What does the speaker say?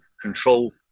control